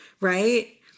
right